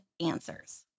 answers